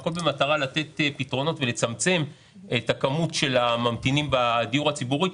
הכול במטרה לתת פתרונות ולצמצם את מספר הממתינים בדיור הציבורי.